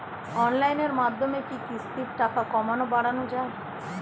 অনলাইনের মাধ্যমে কি কিস্তির টাকা কমানো বাড়ানো যায়?